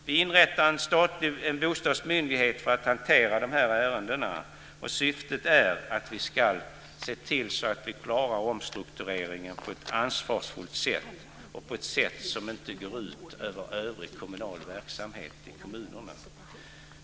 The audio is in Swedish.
Vi inrättar en bostadsmyndighet för att hantera de här ärendena. Syftet är att se till att vi klarar omstruktureringen på ett ansvarsfullt sätt, ett sätt som inte går ut över övrig kommunal verksamhet.